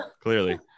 clearly